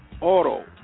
auto